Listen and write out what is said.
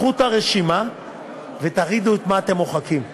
קחו את הרשימה ותגידו את מה אתם מוחקים.